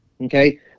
Okay